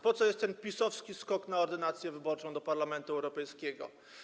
Po co jest ten PiS-owski skok na ordynację wyborczą do Parlamentu Europejskiego?